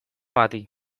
bati